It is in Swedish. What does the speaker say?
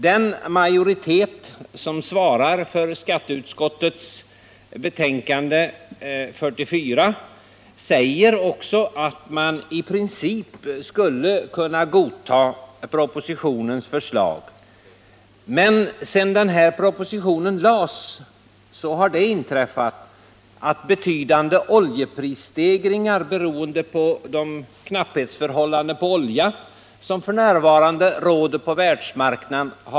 Den majoritet som svarar för skatteutskottets betänkande nr 44 säger också att man i princip skulle kunna godta propositionens förslag. Men sedan den här propositionen lades fram har det inträffat betydande oljeprisstegringar beroende på en knapphet på olja som f.n. råder på världsmarknaden.